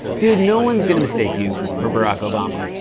dude, no one is going to mistake you for barack obama.